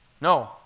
No